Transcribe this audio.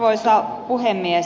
arvoisa puhemies